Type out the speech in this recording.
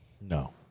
no